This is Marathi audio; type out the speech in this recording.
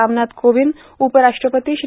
रामनाथ कोविंद उपराष्ट्रपती श्री